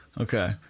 okay